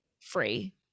free